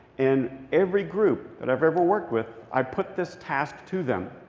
and every group that i've ever worked with, i put this task to them.